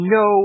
no